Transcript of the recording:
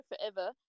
forever